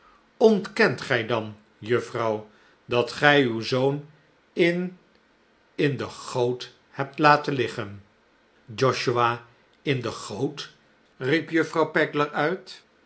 ontkent gij dan juffrouw dat gij uw zoon in in de goot hebt laten liggen josiah in de goot riep juffrouw pegler uit